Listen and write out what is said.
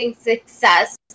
success